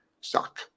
suck